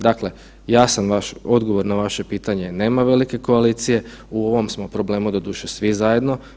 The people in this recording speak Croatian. Dakle, ja sam vaš, odgovor na vaše pitanje nema velike koalicije, u ovom smo problemu doduše svi zajedno.